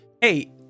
Hey